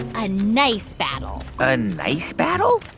a nice battle a nice battle?